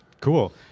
Cool